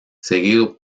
seguido